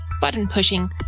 button-pushing